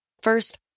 First